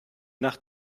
nach